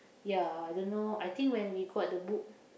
ya I don't know I think when we got the book